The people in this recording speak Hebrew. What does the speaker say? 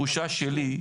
תחושה שלי,